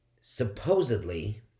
supposedly